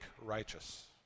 righteous